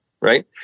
Right